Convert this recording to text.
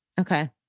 Okay